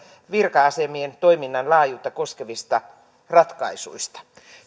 virka asemien toiminnan laajuutta koskevista ratkaisuista